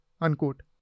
unquote